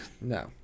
No